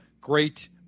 great